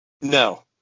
No